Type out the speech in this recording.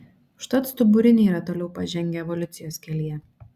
užtat stuburiniai yra toliau pažengę evoliucijos kelyje